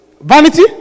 Vanity